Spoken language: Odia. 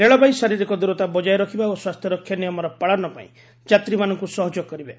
ରେଳବାଇ ଶାରୀରିକ ଦୂରତା ବଜାୟ ରଖିବା ଓ ସ୍ୱାସ୍ଥ୍ୟରକ୍ଷା ନିୟମର ପାଳନ ପାଇଁ ଯାତ୍ରୀମାନଙ୍କୁ ସହଯୋଗ କରିବେ